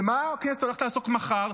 במה הכנסת הולכת לעסוק מחר?